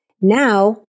now